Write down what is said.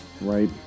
right